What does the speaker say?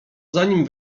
zanim